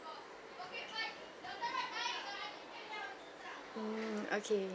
mm okay